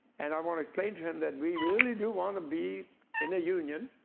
and i want explain to him that we really do want to be in a union.